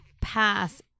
pass